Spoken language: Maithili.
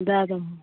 दए देबऽ